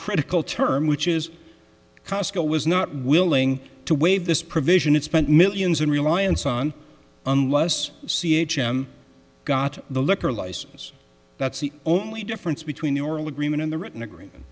critical term which is cosco was not willing to waive this provision it spent millions in reliance on unless c h m got the liquor license that's the only difference between the oral agreement and the written agreement